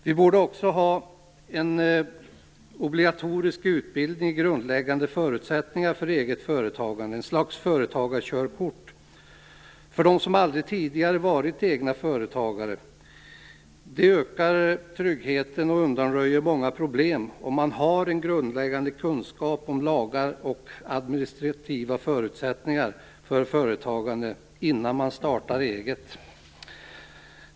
Det borde också finnas en obligatorisk utbildning i grundläggande förutsättningar för eget företagande, ett slags företagarkörkort för dem som aldrig tidigare har varit egna företagare. Det ökar också tryggheten och undanröjer många problem om man, innan man startar eget, har en grundläggande kunskap om lagar och administrativa förutsättningar för företagande.